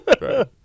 right